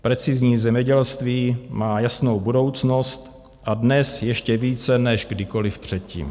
Precizní zemědělství má jasnou budoucnost a dnes ještě více než kdykoliv předtím.